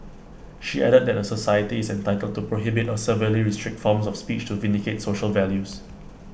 she added that A society is entitled to prohibit or severely restrict forms of speech to vindicate social values